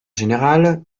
général